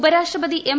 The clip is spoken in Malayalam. ഉപരാഷ്ട്രപതി എം